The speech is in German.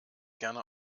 gerne